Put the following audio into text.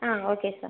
ആ okay sir